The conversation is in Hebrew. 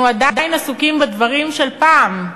אנחנו עדיין עסוקים בדברים של פעם: